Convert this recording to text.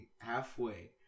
halfway